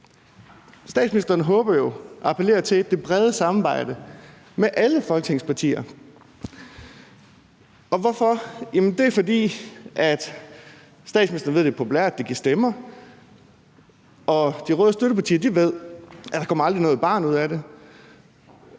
Statsministeren håber jo på og appellerer til det brede samarbejde med alle Folketingets partier. Og hvorfor gør hun det? Det er, fordi statsministeren ved, at det er populært, og at det giver stemmer, og de røde støttepartier ved, at der aldrig kommer noget barn ud af det.